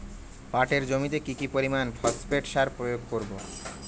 পাটের জমিতে কি পরিমান ফসফেট সার প্রয়োগ করব?